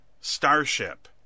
starship